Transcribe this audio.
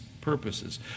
purposes